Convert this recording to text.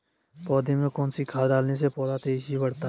पौधे में कौन सी खाद डालने से पौधा तेजी से बढ़ता है?